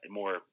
more